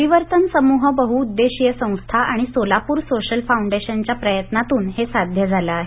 परिवर्तन समृह बहउद्देशीय संस्था आणि सोलापुर सोशल फाउंडेशनच्या प्रयत्नातून हे साध्य झालं आहे